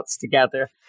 Together